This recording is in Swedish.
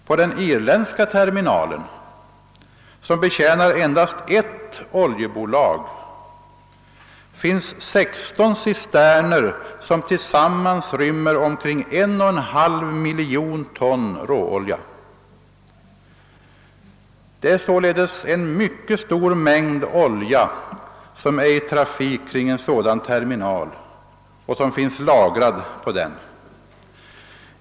På den irländska terminalen, som betjänar endast ett olje bolag, finns 16 cisterner som tillsammans rymmer omkring 1,5 miljoner ton råolja. Det är således en mycket stor mängd olja som är i trafik kring en sådan terminal och finns lagrad på den.